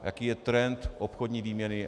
Jaký je trend obchodní výměny?